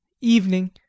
evening